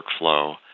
workflow